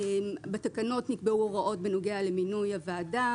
בתקנות נקבעו הוראות בנוגע למינוי הוועדה.